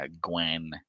gwen